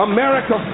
America